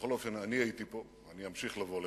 בכל אופן, אני הייתי פה, אני אמשיך לבוא לכאן,